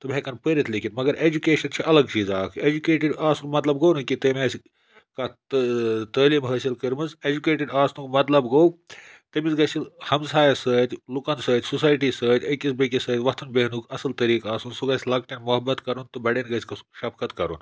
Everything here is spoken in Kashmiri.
تم ہٮ۪کَن پٔرِتھ لیکھِتھ مگر اٮ۪جوکیشَن چھِ الگ چیٖزاہ اَکھ اٮ۪جوکیٹٕڈ آسُن مطلب گوٚو نہٕ کہِ تٔمۍ آسہِ کانٛہہ تٲلیٖم حٲصِل کٔرمٕژ اٮ۪جوکیٹٕڈ آسنُک مطلب گوٚو تٔمِس گژھِ ہمسایَس سۭتۍ لُکَن سۭتۍ سوسایٹی سۭتۍ أکِس بیٚکِس سۭتۍ وۄتھُن بیٚہنُک اَصٕل طریٖقہٕ آسُن سُہ گژھِ لۄکٹٮ۪ن محبت کَرُن تہٕ بَڑٮ۪ن گژھِ شفقت کَرُن